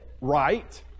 right